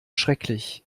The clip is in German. schrecklich